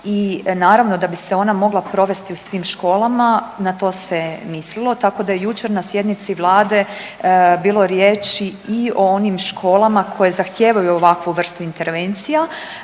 i naravno da bi se ona mogla provesti u svim školama, na to se mislilo, tako da je jučer na sjednici Vlade bilo riječi i o onim školama koje zahtijevaju ovakvu vrstu intervencija